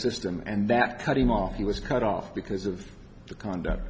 system and that cut him off he was cut off because of the conduct